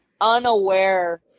unaware